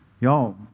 y'all